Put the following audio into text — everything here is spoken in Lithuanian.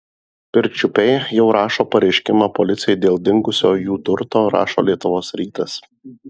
pirčiupiai jau rašo pareiškimą policijai dėl dingusio jų turto rašo lietuvos rytas